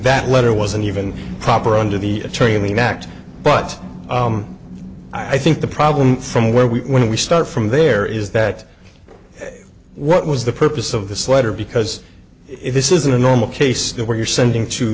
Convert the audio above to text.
that letter wasn't even proper under the attorney i mean act but i think the problem from where we start from there is that what was the purpose of this letter because if this isn't a normal case where you're sending to